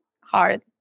hard